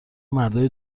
مردای